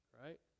right